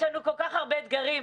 יש לנו כל כך הרבה אתגרים.